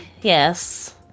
Yes